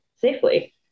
safely